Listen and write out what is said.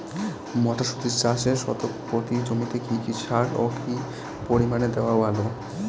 মটরশুটি চাষে শতক প্রতি জমিতে কী কী সার ও কী পরিমাণে দেওয়া ভালো?